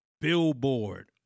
Billboard